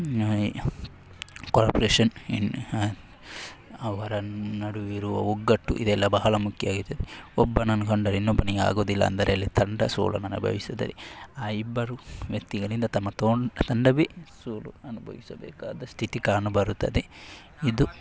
cooperation ಅವರ ನಡುವಿರುವ ಒಗ್ಗಟ್ಟು ಇದೆಲ್ಲ ಬಹಳ ಮುಖ್ಯ ಆಗಿರುತ್ತೆ ಒಬ್ಬನನ್ನು ಕಂಡರೆ ಇನ್ನೊಬ್ಬನಿಗೆ ಆಗುವುದಿಲ್ಲ ಅಂದರೆ ಅಲ್ಲಿ ತಂಡ ಸೋಲನ್ನು ಅನುಭವಿಸಿದರೆ ಆ ಇಬ್ಬರು ವ್ಯಕ್ತಿಗಳಿಂದ ತಮ್ಮ ತೋಂ ತಂಡವೇ ಸೋಲು ಅನುಭವಿಸಬೇಕಾದ ಸ್ಥಿತಿ ಕಾಣಬರುತ್ತದೆ ಇದು